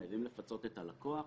חייבים לפצות את הלקוח.